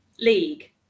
League